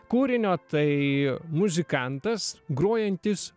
kūrinio tai muzikantas grojantis